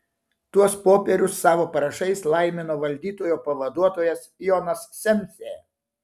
tuos popierius savo parašais laimino valdytojo pavaduotojas jonas semsė